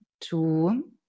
Two